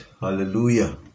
Hallelujah